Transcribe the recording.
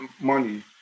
money